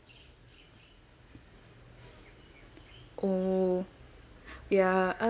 oh ya uh